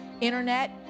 Internet